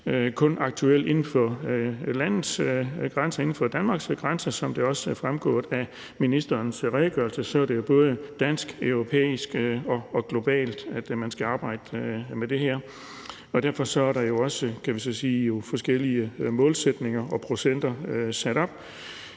kun aktuelt inden for Danmarks grænser. Som det også er fremgået af ministerens redegørelse, er det både fra dansk og europæisk side og globalt, at man skal arbejde med det her, og derfor er der jo også sat forskellige målsætninger og procenter op.